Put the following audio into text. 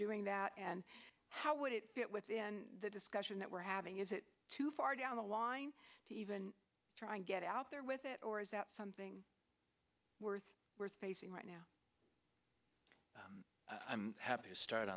doing that and how would it get within the discussion that we're having is it too far down the line to even try and get out there with it or is that something worth we're facing right now i'm happy to start